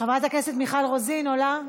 חברת הכנסת מיכל רוזין עולה,